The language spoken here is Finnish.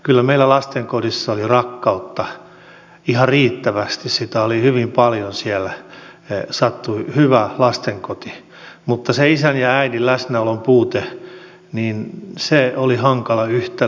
kyllä meillä lastenkodissa oli rakkautta ihan riittävästi sitä oli hyvin paljon siellä sattui hyvä lastenkoti mutta se isän ja äidin läsnäolon puute oli hankala yhtälö